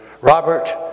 Robert